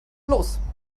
los